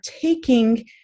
taking